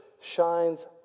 shines